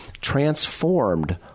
transformed